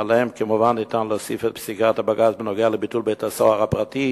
ועליהם ניתן כמובן להוסיף את פסיקת הבג"ץ בנוגע לביטול בית-הסוהר הפרטי,